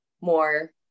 more